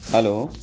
hello